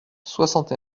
soixante